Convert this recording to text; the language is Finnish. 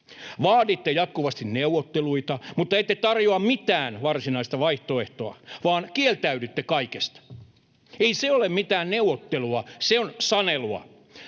Vaaditte jatkuvasti neuvotteluita, mutta ette tarjoa mitään varsinaista vaihtoehtoa, vaan kieltäydytte kaikesta. Ei se ole mitään neuvottelua, se on sanelua.